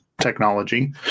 technology